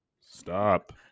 Stop